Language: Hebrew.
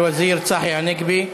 אל-וזיר צחי הנגבי.